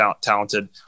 talented